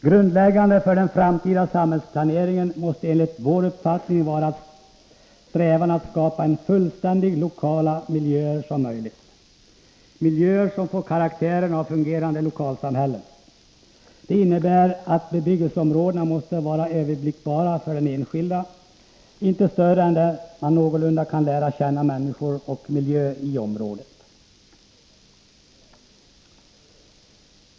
Grundläggande för den framtida samhällsplaneringen måste enligt vår uppfattning vara en strävan att skapa så fullständiga lokala miljöer som möjligt, miljöer som får karaktären av fungerande lokalsamhällen. Det innebär att bebyggelseområdena måste vara överblickbara för den enskilde, alltså inte större än att man någorlunda bra kan lära känna människor och miljö i området.